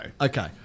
okay